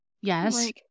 Yes